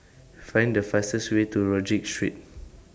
Find The fastest Way to Rodyk Street